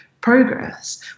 progress